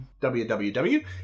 WWW